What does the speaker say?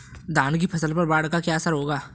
धान की फसल पर बाढ़ का क्या असर होगा?